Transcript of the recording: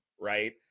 right